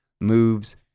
moves